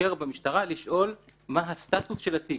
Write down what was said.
לחוקר במשטרה לשאול מה הסטטוס של התיק